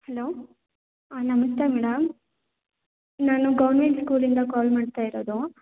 hello ನಮಸ್ತೆ madam ನಾನು government ಸ್ಕೂಲಿಂದ ಕಾಲ್ ಮಾಡ್ತಾ ಇರೋದು